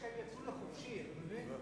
האי-צדק שהם יצאו לחופשי, אתה מבין?